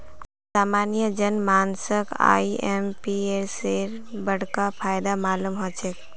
सामान्य जन मानसक आईएमपीएसेर बडका फायदा मालूम ह छेक